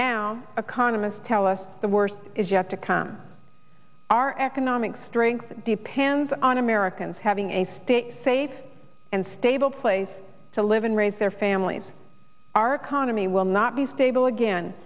now a condom is tell us the worst is yet to come our economic strength depends on americans having a state safe and stable place to live and raise their families our economy will not be stable again